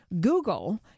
Google